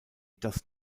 does